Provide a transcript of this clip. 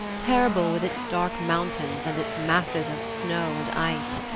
terrible with its dark mountains and its masses of snow and ice.